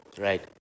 right